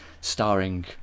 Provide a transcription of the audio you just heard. starring